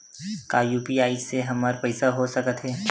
का यू.पी.आई से हमर पईसा हो सकत हे?